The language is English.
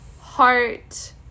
Heart